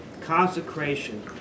consecration